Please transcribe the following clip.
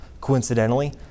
Coincidentally